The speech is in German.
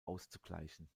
auszugleichen